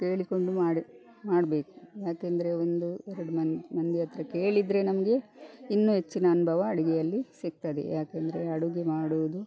ಕೇಳಿಕೊಂಡು ಮಾಡಿ ಮಾಡಬೇಕು ಯಾಕೆಂದರೆ ಒಂದು ಎರಡು ಮಂದಿ ಮಂದಿಯ ಹತ್ರ ಕೇಳಿದರೆ ನಮಗೆ ಇನ್ನೂ ಹೆಚ್ಚಿನ ಅನುಭವ ಅಡುಗೆಯಲ್ಲಿ ಸಿಗ್ತದೆ ಯಾಕೆಂದರೆ ಅಡುಗೆ ಮಾಡುವುದು